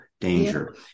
danger